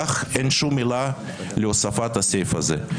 כך אין שום מילה להוספת הסעיף הזה.